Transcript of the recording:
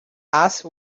asked